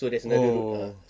oh